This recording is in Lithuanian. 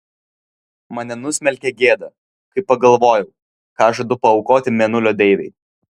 mane nusmelkė gėda kai pagalvojau ką žadu paaukoti mėnulio deivei